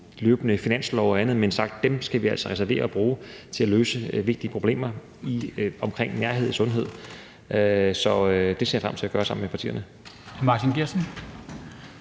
løbende finanslove og andet, men har sagt, at dem skal vi reservere til at løse vigtige problemer i forbindelse med nærhed i sundhed. Så det ser jeg frem til at gøre sammen med partierne.